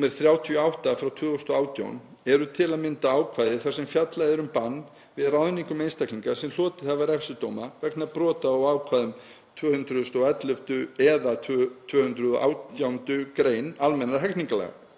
nr. 38/2018, eru til að mynda ákvæði þar sem fjallað er um bann við ráðningum einstaklinga sem hlotið hafa refsidóma vegna brota á ákvæðum 211. eða 218. gr. almennra hegningarlaga.